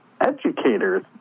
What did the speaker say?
educators